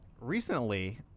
Recently